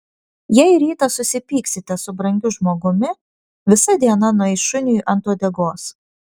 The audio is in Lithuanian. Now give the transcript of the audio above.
jei rytą susipyksite su brangiu žmogumi visa diena nueis šuniui ant uodegos